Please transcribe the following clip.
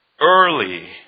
early